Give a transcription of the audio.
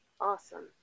Awesome